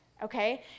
Okay